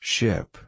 Ship